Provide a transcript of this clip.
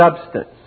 substance